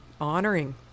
honoring